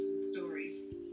stories